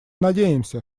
надеемся